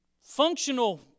functional